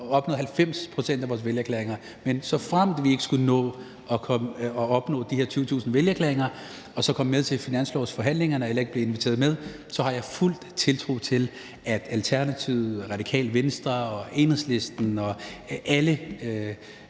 nu er vi jo ved at samle vælgererklæringer, og vi har op mod 90 pct. af dem – skulle nå at opnå de her 20.000 vælgererklæringer og så komme med til finanslovsforhandlingerne eller vi ikke bliver inviteret med, så har jeg fuld tiltro til, at Alternativet, Radikale Venstre og Enhedslisten og alle